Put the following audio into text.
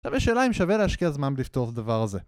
עכשיו יש שאלה אם שווה להשקיע זמן בלפתור את הדבר הזה